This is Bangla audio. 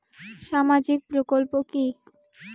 সামাজিক প্রকল্প কি?